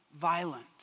violent